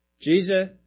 Jesus